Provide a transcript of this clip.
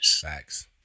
Facts